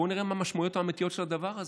בואו נראה מה המשמעויות האמיתיות של הדבר הזה.